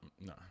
No